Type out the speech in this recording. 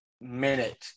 minute